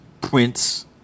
Prince